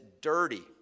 dirty